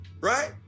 Right